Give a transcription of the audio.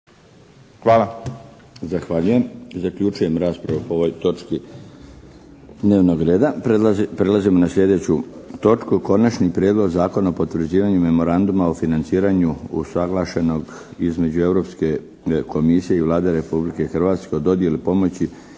(HDZ)** Zahvaljujem. Zaključujem raspravu po ovoj točki dnevnog reda. **Šeks, Vladimir (HDZ)** Konačni prijedlog Zakona o potvrđivanju Memoranduma o financiranju usuglašenog između Europske komisije i Vlade Republike Hrvatske o dodjeli pomoći